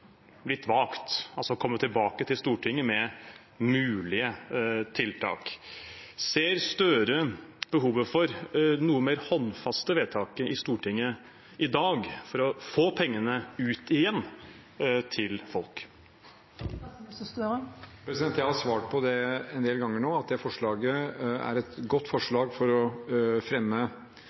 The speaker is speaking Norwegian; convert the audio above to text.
vagt, altså om å komme tilbake til Stortinget med mulige tiltak. Ser Gahr Støre behovet for noe mer håndfaste vedtak i Stortinget i dag for å få pengene ut igjen til folk? Jeg har svart på det en del ganger nå. Det forslaget er et godt forslag for å fremme